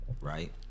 right